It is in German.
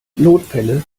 notfälle